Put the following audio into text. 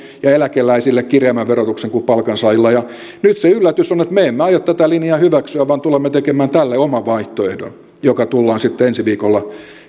ja eläkeläisille kireämmän verotuksen kuin palkansaajilla nyt se yllätys on on että me emme aio tätä linjaa hyväksyä vaan tulemme tekemään tälle oman vaihtoehdon joka tullaan sitten ensi viikolla